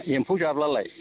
एम्फौ जाब्लालाय